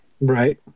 right